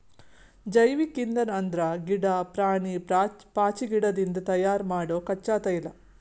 ಜೈವಿಕ್ ಇಂಧನ್ ಅಂದ್ರ ಗಿಡಾ, ಪ್ರಾಣಿ, ಪಾಚಿಗಿಡದಿಂದ್ ತಯಾರ್ ಮಾಡೊ ಕಚ್ಚಾ ತೈಲ